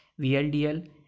VLDL